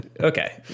okay